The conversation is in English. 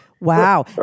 Wow